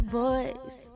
boys